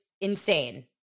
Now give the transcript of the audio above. insane